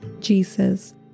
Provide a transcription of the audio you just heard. Jesus